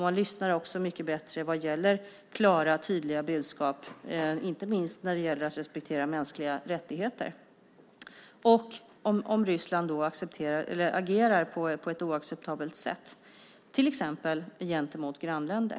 Man lyssnar också bättre på klara och tydliga budskap, inte minst när det gäller att respektera mänskliga rättigheter, om Ryssland agerar på ett oacceptabelt sätt, till exempel gentemot grannländer.